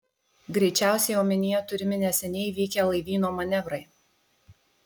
greičiausiai omenyje turimi neseniai vykę laivyno manevrai